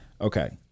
Okay